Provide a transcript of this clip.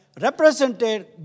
represented